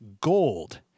Gold